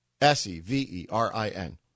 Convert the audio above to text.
S-E-V-E-R-I-N